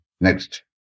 Next